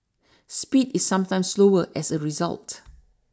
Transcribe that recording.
speed is sometimes slower as a result